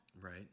Right